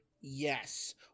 Yes